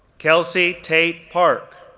kelsey tate park,